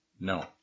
No